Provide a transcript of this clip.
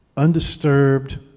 undisturbed